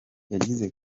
yagize